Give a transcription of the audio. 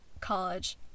college